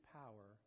power